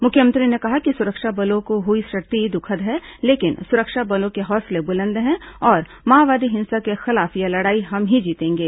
मुख्यमंत्री ने कहा कि सुरक्षा बलों को हुई क्षति दुखद है लेकिन सुरक्षा बलों के हौसले बुलंद है और माओवादी हिंसा के खिलाफ यह लड़ाई हम ही जीतेंगे